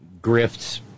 grifts